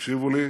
תקשיבו לי,